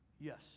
Yes